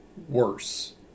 Worse